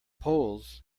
poles